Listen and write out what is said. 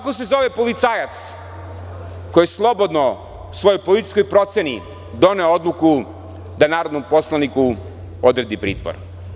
Kako se zove policajac koji je slobodno po svojoj policijskoj proceni doneo odluku da narodnom poslaniku odredi pritvor?